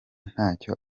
ntacyo